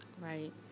Right